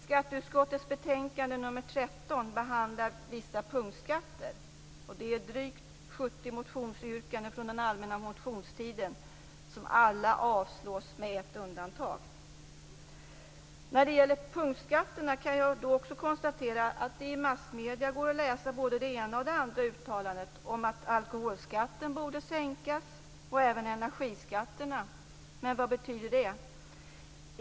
Skatteutskottets betänkande nr 13 behandlar vissa punktskatter. Drygt 70 motionsyrkanden från den allmänna motionstiden avslås, med ett undantag. När det gäller punktskatterna kan jag också konstatera att man i massmedierna kan läsa både det ena och det andra uttalandet om att alkoholskatten och även energiskatterna borde sänkas, men vad betyder det?